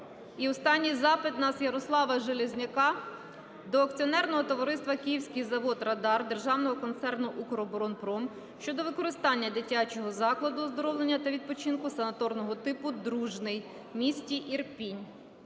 І останній запит у нас Ярослава Железняка до Акціонерного товариства "Київський завод "РАДАР", Державного концерну "Укроборонпром" щодо використання Дитячого закладу оздоровлення та відпочинку санаторного типу "Дружний" в місті Ірпінь.